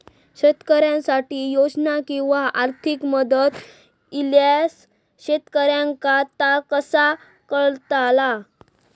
शेतकऱ्यांसाठी योजना किंवा आर्थिक मदत इल्यास शेतकऱ्यांका ता कसा कळतला?